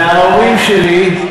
וההורים שלי,